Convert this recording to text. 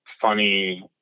funny